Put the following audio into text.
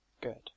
Good